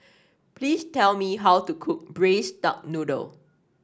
please tell me how to cook Braised Duck Noodle